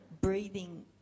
breathing